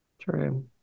True